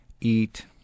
eat